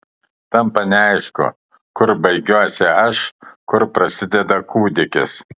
tampa neaišku kur baigiuosi aš kur prasideda kūdikis